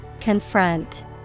Confront